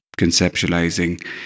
conceptualizing